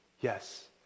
yes